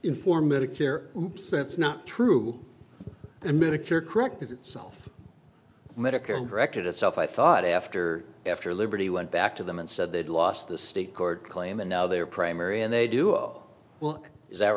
in four medicare sense not true and medicare corrected itself medicare and corrected itself i thought after after liberty went back to them and said they'd lost the state court claim and now they are primary and they do a well is that